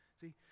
see